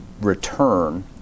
return